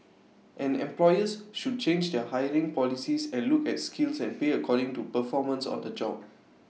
and employers should change their hiring policies and look at skills and pay according to performance on the job